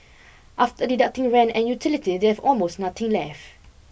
after deducting rent and utilities they have almost nothing left